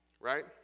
right